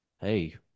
hey